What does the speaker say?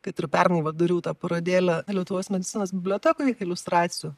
kad ir pernai va dariau tą parodėlę lietuvos medicinos bibliotekoj iliustracijų